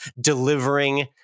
delivering